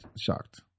shocked